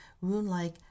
rune-like